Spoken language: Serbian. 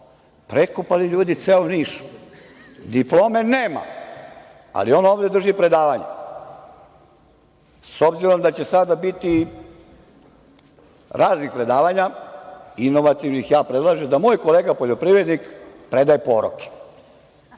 prekopali ljudi ceo Niš, diplome nema, ali on ovde drži predavanje. S obzirom da će sada biti raznih predavanja, inovativnih, ja predlažem da moj kolega poljoprivrednik predaje poroke: